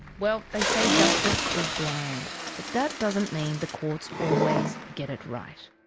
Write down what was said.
well they say justice is blind. but that doesn't mean the courts always get it right.